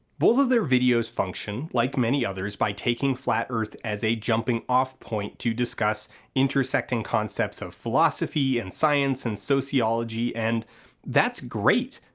both of their videos function, like many others, by taking flat earth as a jumping off point to discuss intersecting concepts of philosophy and science and sociology, and that's great.